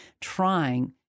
trying